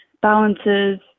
balances